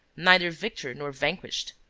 neither victor nor vanquished.